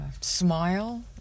Smile